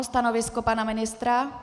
Stanovisko pana ministra?